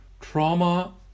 trauma